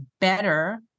better